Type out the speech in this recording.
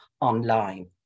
online